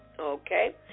Okay